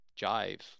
jive